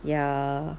ya